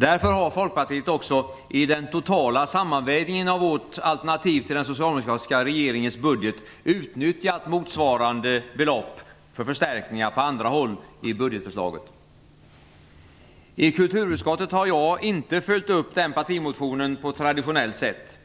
Därför har Folkpartiet också i den totala sammanvägningen av vårt alternativ till den socialdemokratiska regeringens budget utnyttjat motsvarande belopp för förstärkningar på andra håll i budgetförslaget. I kulturutskottet har jag inte följt upp den partimotionen på traditionellt sätt.